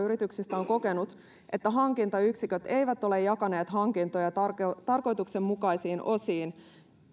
yrityksistä on kokenut että hankintayksiköt eivät ole jakaneet hankintoja tarkoituksenmukaisiin osiin